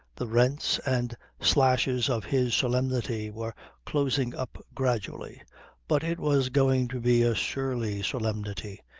the rents and slashes of his solemnity were closing up gradually but it was going to be a surly solemnity.